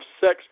sex